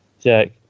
Jack